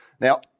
Now